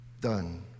done